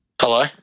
Hello